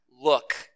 look